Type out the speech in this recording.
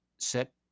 set